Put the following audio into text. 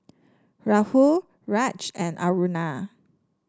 Rahul Raj and Aruna